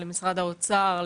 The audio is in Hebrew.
למשרד האוצר,